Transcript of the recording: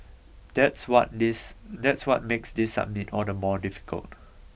that's what this that's what makes this summit all the more difficult